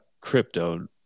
crypto